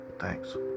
Thanks